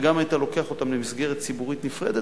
גם אם היית לוקח אותם למסגרת ציבורית נפרדת,